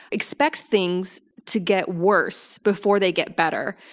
expect things to get worse before they get better,